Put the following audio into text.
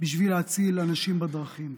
בשביל להציל אנשים בדרכים.